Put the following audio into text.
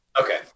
Okay